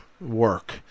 work